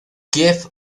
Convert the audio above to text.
kiev